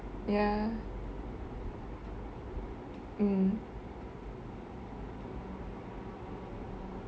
ya mm